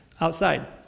outside